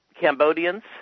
Cambodians